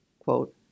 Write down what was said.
quote